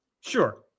Sure